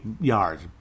yards